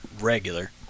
regular